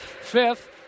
fifth